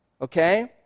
Okay